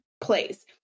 place